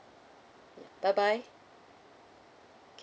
yeah bye bye